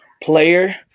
player